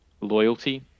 loyalty